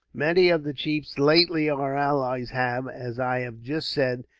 many of the chiefs lately our allies have, as i have just said,